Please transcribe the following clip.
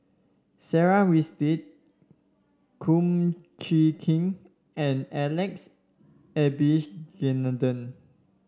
Sarah Winstedt Kum Chee Kin and Alex Abisheganaden